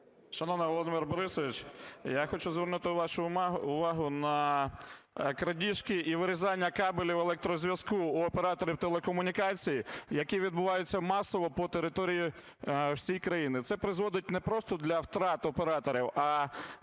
Шановний Володимир Борисович! Я хочу звернути вашу увагу на крадіжки і вирізання кабелів електрозв'язку у операторів телекомунікації, які відбуваються масово по території всієї країни. Це призводить не просто до втрат операторів, а